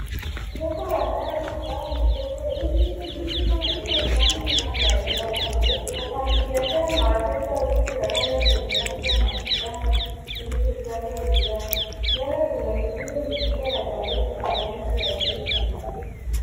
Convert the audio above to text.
Soko la ndani ambalo ni soko lenye shughuli nyingi na limejaa mazao mbalimbali. Wafanyibiashara na wateja wengi wakiwa kwenye meza na vitanda vilivyojazwa bidhaa. Mbele kuna mirundo mikubwa za karoti za rangi ya chungwa.